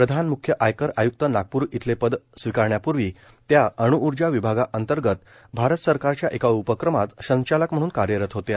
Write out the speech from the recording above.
प्रधान मुख्य आयकर आय्क्त नागप्र इथले पद स्विकारण्यापूर्वी त्या अणूऊर्जा विभागांतर्गत भारत सरकारच्या एका उपक्रमात संचालक म्हणून कार्यरत होत्या